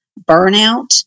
burnout